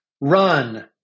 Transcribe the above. run